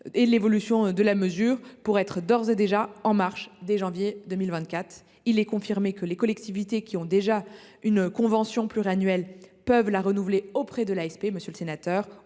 et l’évolution de la mesure pour être en ordre de marche dès janvier 2024. Il est confirmé que les collectivités qui ont déjà une convention pluriannuelle peuvent la renouveler auprès de l’ASP au moment